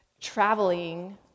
traveling